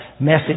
message